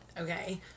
okay